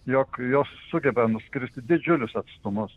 jog jos sugeba nuskristi didžiulius atstumus